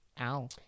ow